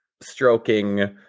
stroking